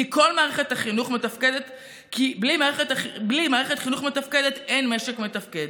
כי בלי מערכת חינוך מתפקדת אין משק מתפקד.